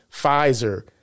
Pfizer